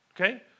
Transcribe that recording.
Okay